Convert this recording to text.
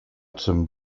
zum